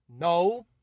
No